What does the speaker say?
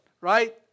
right